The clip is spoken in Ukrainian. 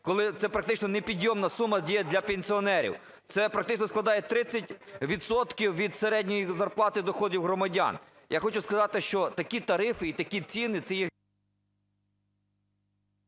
Коли це практично не підйомна сума діє для пенсіонерів! Це практично складає 30 відсотків від середньої зарплати доходів громадян. Я хочу сказати, що такі тарифи і такі ціни – це…